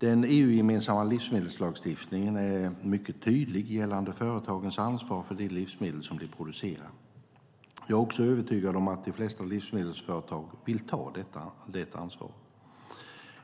Den EU-gemensamma livsmedelslagstiftningen är mycket tydlig gällande företagens ansvar för de livsmedel som de producerar. Jag är också övertygad om att de flesta livsmedelsföretagen vill ta det ansvaret.